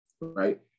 right